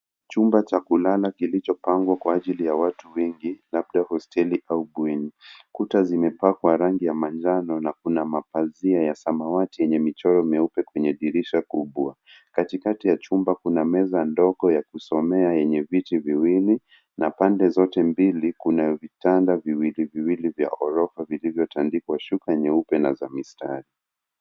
Chumba cha kulala kilichopangwa kwa ajili ya watu wengi labda hosteli au bweni. Kuta zimepakwa rangi ya manjano na kuna mapazia ya samawati yenye michoro meupe kwenye dirisha kubwa. Katikati ya chumba kuna meza ndogo ya kusomea yenye viti viwili na pande zote mbili kuna vitanda viwiliviwili vya ghorofa vilivyotandikwa shuka nyeupe na za mistari.